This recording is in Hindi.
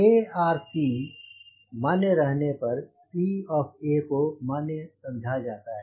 ARCs मान्य रहने पर C of A को मान्य समझा जाता है